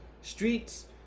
streets